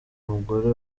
umugore